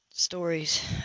Stories